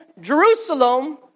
Jerusalem